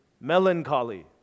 melancholy